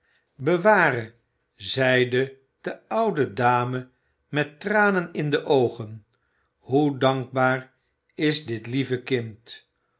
beware zeide de oude dame met tranen in de oogen hoe dankbaar is dit lieve kind